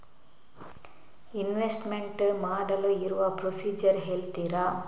Investment ಮಾಡಲು ಇರುವ procedure ಹೇಳ್ತೀರಾ?